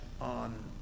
on